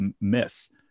miss